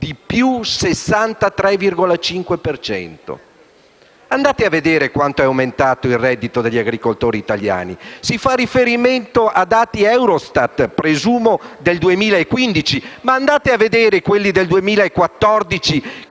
per cento. Andate a vedere quanto è aumentato il reddito degli agricoltori italiani. Si fa riferimento a dati Eurostat, presumo del 2015. Ma andate a vedere quelli del 2014,